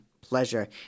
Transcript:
pleasure